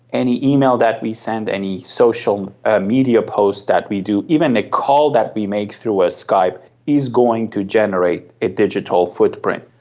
any email that we send, any social media posts that we do, even ah calls that we make through ah skype is going to generate a digital footprint.